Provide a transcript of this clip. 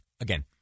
Again